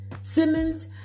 Simmons